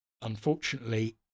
unfortunately